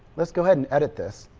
let's go ahead, and edit this,